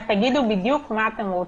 אז תגידו בדיוק מה אתם רוצים.